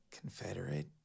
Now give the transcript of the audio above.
Confederate